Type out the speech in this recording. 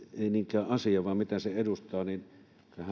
niinkään asia vaan se mitä se edustaa niin kyllähän